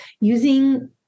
using